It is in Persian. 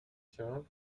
ترامپ